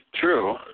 True